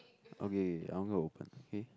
okay I want go and open okay